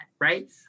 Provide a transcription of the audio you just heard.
Right